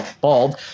bald